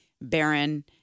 Baron